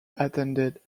attended